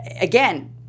Again